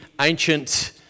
ancient